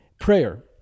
prayer